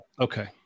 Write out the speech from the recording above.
Okay